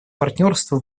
партнерства